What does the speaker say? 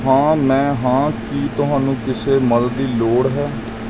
ਹਾਂ ਮੈਂ ਹਾਂ ਕੀ ਤੁਹਾਨੂੰ ਕਿਸੇ ਮਦਦ ਦੀ ਲੋੜ ਹੈ